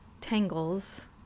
tangles